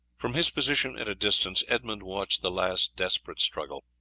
from his position at a distance edmund watched the last desperate struggle.